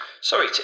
Sorry